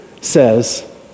says